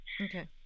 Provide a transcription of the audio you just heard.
okay